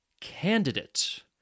Candidate